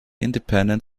independent